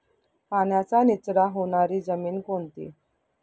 पाण्याचा निचरा होणारी जमीन कोणती?